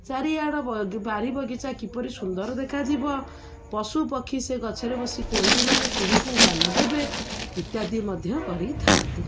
ଚାରିଆଡ଼ ବାରି ବଗିଚା କିପରି ସୁନ୍ଦର ଦେଖାଯିବ ପଶୁପକ୍ଷୀ ସେ ଗଛରେ ବସି କୋଇଲିମାନେ କୁହୁ କୁହୁ ଗାନ ଦେବେ ଇତ୍ୟାଦି ମଧ୍ୟ କରିଥାନ୍ତି